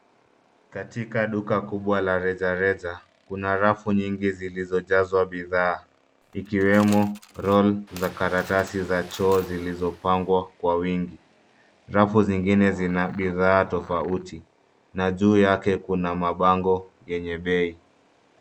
Katika duka kubwa la rejareja kuna rafu nyingi zilizojazwa bidhaa ikiwemo roll za karatasi za choo zilizopangwa kwa wingi. Rafu zingine zina bidhaa tofauti na juu yake kuna mabango yenye bei.